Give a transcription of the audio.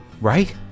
Right